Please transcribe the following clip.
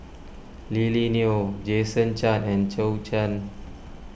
Lily Neo Jason Chan and Zhou Can